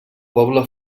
poble